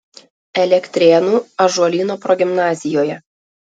elektrėnų ąžuolyno progimnazijoje